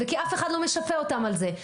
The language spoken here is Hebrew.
וכי אף אחד לא משפה אותם על זה,